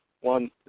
One